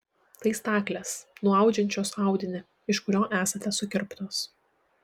tai staklės nuaudžiančios audinį iš kurio esate sukirptos